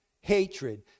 hatred